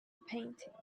painting